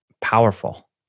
powerful